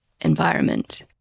environment